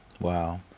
Wow